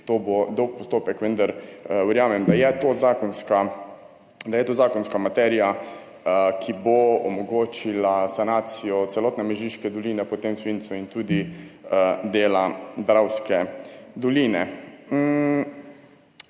To bo dolg postopek, vendar verjamem, da je to zakonska materija, ki bo omogočila sanacijo celotne Mežiške doline po tem svincu in tudi dela Dravske doline.